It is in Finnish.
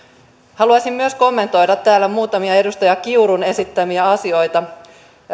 haluaisin myös kommentoida täällä muutamia edustaja kiurun esittämiä asioita